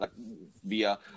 via